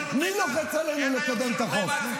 מי לחץ עלינו לקבל את החוק?